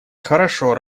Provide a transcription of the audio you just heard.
хорошо